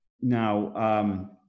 Now